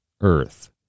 Earth